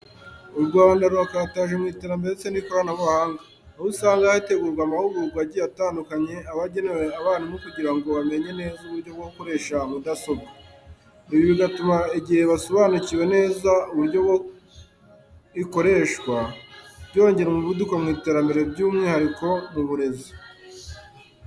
U Rwanda rurakataje mu iterambere ndetse n'ikoranabuhanga, aho usanga hategurwa amahugurwa agiye atandukanye aba agenewe abarimu kugira ngo bamenye neza uburyo bwo gukoresha mudasobwa. Ibi bigatuma igihe basobanukiwe neza uburyo ikoreshwa byongera umuvuduko mu iterambere byumwihariko mu burezi.